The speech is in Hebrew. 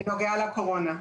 בנוגע לקורונה.